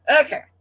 okay